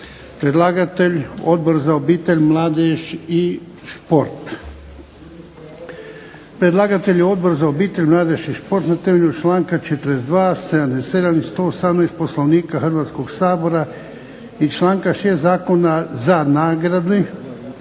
za nagradu za promicanje prava djeteta Predlagatelj Odbor za obitelj, mladež i šport. Na temelju članka 42., 77. i 118. Poslovnika Hrvatskog sabora i članka 6. Zakona za nagradu